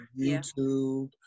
youtube